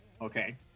okay